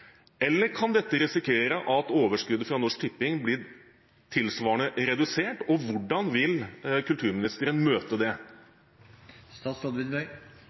eller kan man risikere at overskuddet fra Norsk Tipping blir tilsvarende redusert? Og hvordan vil kulturministeren møte det?